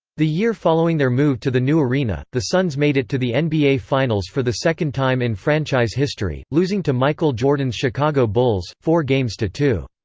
the year following their move to the new arena, the suns made it to the nba finals for the second time in franchise history, losing to michael jordan's chicago bulls, four games to two.